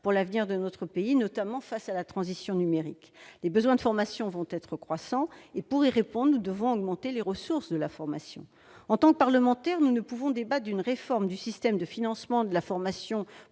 pour l'avenir de notre pays, notamment face à la transition numérique. Les besoins de formation vont être croissants et, pour y répondre, nous devons augmenter les ressources de la formation. En tant que parlementaires, nous ne pouvons débattre d'une réforme du système de financement de la formation